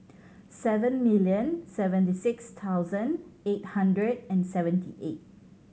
seven million seventy six thousand eight hundred and seventy eight